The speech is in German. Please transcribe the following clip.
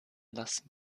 lassen